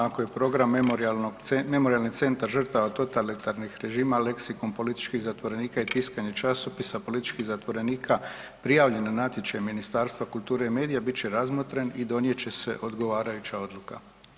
Ako je program memorijalnog centra, Memorijalni centar žrtava totalitarnih režima leksikon političkih zatvorenika i tiskanje časopisa političkih zatvorenika prijavljen na natječaj Ministarstva kulture i medija bit će razmotren i donijet će se odgovarajuća odluka.